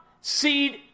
seed